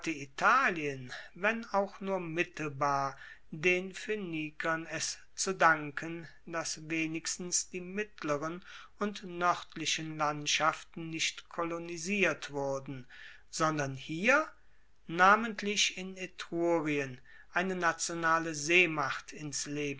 italien wenn auch nur mittelbar den phoenikern es zu danken dass wenigstens die mittleren und noerdlichen landschaften nicht kolonisiert wurden sondern hier namentlich in etrurien eine nationale seemacht